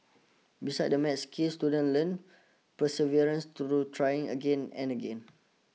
beside the math skill student learn perseverance through trying again and again